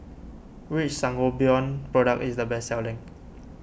which Sangobion product is the best selling